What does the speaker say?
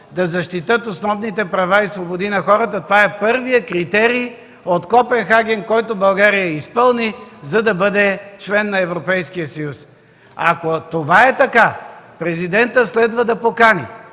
да защитят основните права и свободи на хората. Това е първият критерий от Копенхаген, който България изпълни, за да бъде член на Европейския съюз. Ако това е така, президентът следва да покани